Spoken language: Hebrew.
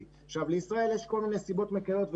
לישראל יש כל מיני נסיבות מקילות,